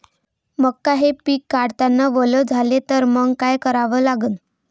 मका हे पिक काढतांना वल झाले तर मंग काय करावं लागन?